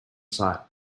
site